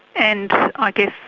and i guess,